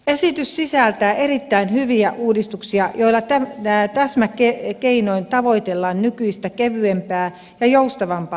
esitys sisältää erittäin hyviä uudistuksia joilla täsmäkeinoin tavoitellaan nykyistä kevyempää ja joustavampaa järjestelmää